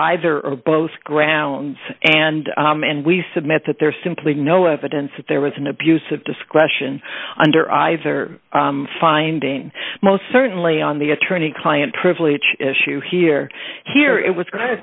either or both grounds and and we submit that there's simply no evidence that there was an abuse of discretion under either finding most certainly on the attorney client privilege issue here here it was great